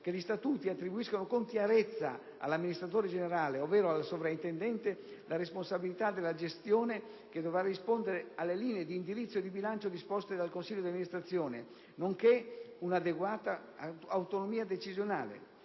che gli statuti attribuiscano con chiarezza all'amministratore generale, ovvero al sovraintendente, la responsabilità della gestione, che dovrà rispondere alle linee di indirizzo e di bilancio disposte dal consiglio di amministrazione, nonché un'adeguata autonomia decisionale;